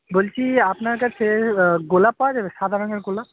বলছি আপনার কাছে গোলাপ পাওয়া যাবে সাদা রঙের গোলাপ